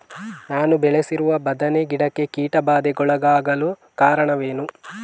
ನಾನು ಬೆಳೆಸಿರುವ ಬದನೆ ಗಿಡಕ್ಕೆ ಕೀಟಬಾಧೆಗೊಳಗಾಗಲು ಕಾರಣವೇನು?